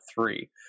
three